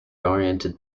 oriented